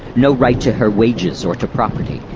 no right to her wages or to property,